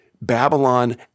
Babylon